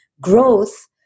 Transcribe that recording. growth